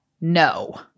No